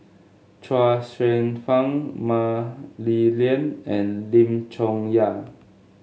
Chuang Hsueh Fang Mah Li Lian and Lim Chong Yah